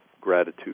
gratitude